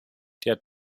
der